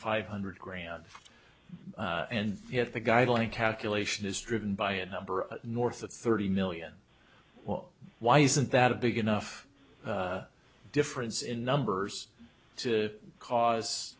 five hundred grand and yet the guideline calculation is driven by a number of north of thirty million well why isn't that a big enough difference in numbers to cause